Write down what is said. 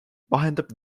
vahendab